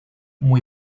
muy